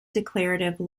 declarative